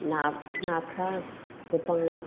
नाफ्रा गोबां